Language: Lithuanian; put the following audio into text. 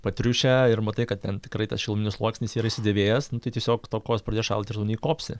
patriušę ir matai kad ten tikrai tas šiluminis sluoksnis yra išsidėvėjęs nu tai tiesiog tau kojos pradės šalt ir neįkopsi